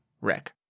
Rick